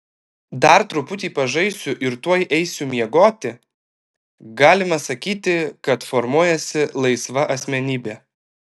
dar truputį pažaisiu ir tuoj eisiu miegoti galima sakyti kad formuojasi laisva asmenybė